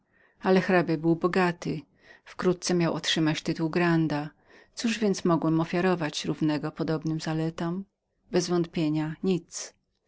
ale hrabia był bogatym wkrótce miał otrzymać tytuł granda cóż więc mogłem ofiarować równego podobnym korzyściom nic bez wątpienia